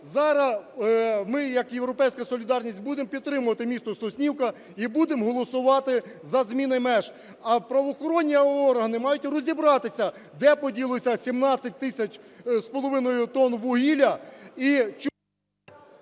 зараз ми як "Європейська солідарність" будемо підтримувати місто Соснівка і будемо голосувати за зміни меж. А правоохоронні органи мають розібратися, де поділося 17 тисяч з половиною тонн вугілля,